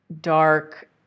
dark